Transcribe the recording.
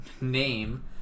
name